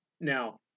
now